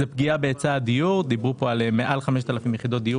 זוהי פגיעה בהיצע הדיור דיברו פה על מעל 5,000 יחידות דיור,